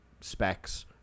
specs